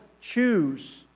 choose